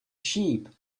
sheep